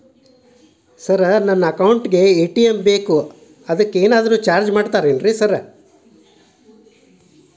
Sir ನನ್ನ account ಗೇ ATM ಬೇಕು ಅದಕ್ಕ ಏನಾದ್ರು ಚಾರ್ಜ್ ಮಾಡ್ತೇರಾ ಸರ್?